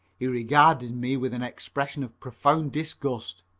he regarded me with an expression of profound disgust.